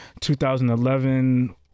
2011